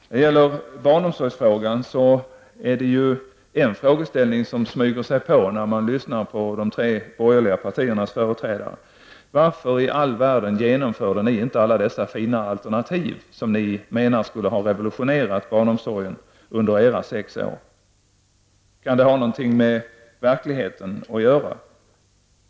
När det gäller barnomsorgen finns det en frågeställning som smyger sig på när man lyssnar till de tre borgerliga partiernas företrädare. Varför i all världen genomförde ni inte under era sex år vid makten alla dessa fina alternativ som ni menar skulle ha revulutionerat barnomsorgen under era sex år vid makten? Kan det ha någonting med verkligheten att göra?